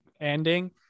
ending